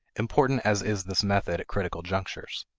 important as is this method at critical junctures.